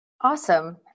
Awesome